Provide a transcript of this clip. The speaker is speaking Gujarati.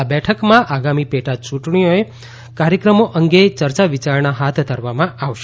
આ બેઠકમાં આગામી પેટા ચૂંટણીઓએ કાર્યક્રમો અંગે ચર્ચા વિચારણા હાથ ધરવામાં આવશે